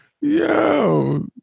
yo